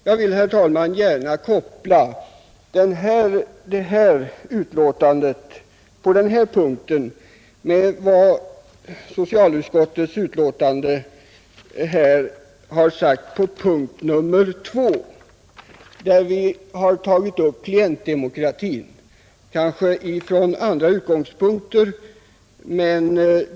Jag vill gärna koppla utskottsbetänkandet på denna punkt med vad utskottet skrivit under punkten 2, där vi tagit upp frågan om klientdemokrati, kanske från något andra utgångspunkter.